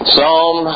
Psalm